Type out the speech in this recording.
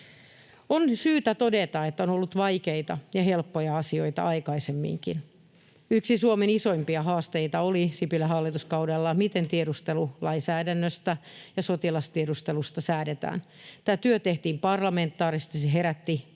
On syytä todeta, että on ollut vaikeita ja helppoja asioita aikaisemminkin. Yksi Suomen isoimpia haasteita oli Sipilän hallituskaudella, miten tiedustelulainsäädännöstä ja sotilastiedustelusta säädetään. Tämä työ tehtiin parlamentaarisesti, se herätti valtavasti